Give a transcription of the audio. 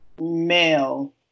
male